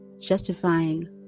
justifying